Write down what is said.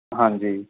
ਹਾਂਜੀ